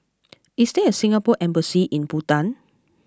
is there a Singapore Embassy in Bhutan